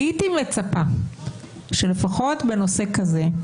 הייתי מצפה שלפחות בנושא כזה,